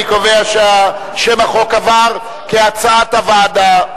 אני קובע ששם החוק עבר כהצעת הוועדה.